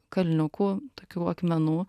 kalniukų tokių akmenų